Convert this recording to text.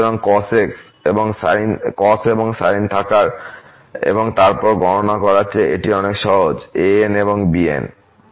সুতরাং এই cos এবং sine থাকা এবং তারপর গণনা করার চেয়ে এটি অনেক সহজ an s এবং bn s